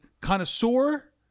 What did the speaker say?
connoisseur